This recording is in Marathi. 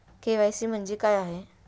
के.वाय.सी म्हणजे काय आहे?